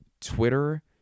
Twitter